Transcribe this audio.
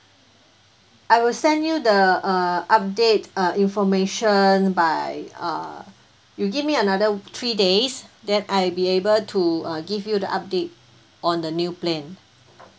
I will send you the uh update uh information by uh you give me another three days then I'd be able to uh give you the update on the new plan